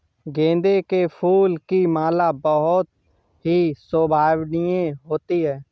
गेंदे के फूल की माला बहुत ही शोभनीय होती है